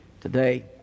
today